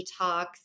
detox